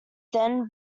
then